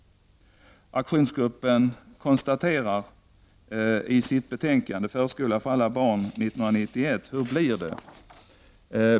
Aktionsgruppen konstaterar i sitt betänkande Förskola för alla barn 1991 -- hur blir det?